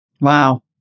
Wow